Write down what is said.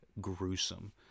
gruesome